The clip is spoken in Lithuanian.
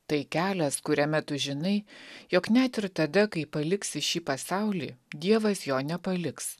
tai kelias kuriame tu žinai jog net ir tada kai paliksi šį pasaulį dievas jo nepaliks